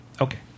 okay